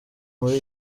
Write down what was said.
muri